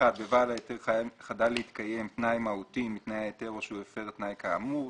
בבעל ההיתר חדל להתקיים תנאי מהותי מתנאי ההיתר או שהוא הפר תנאי כאמור.